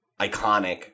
iconic